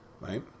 right